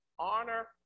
Honor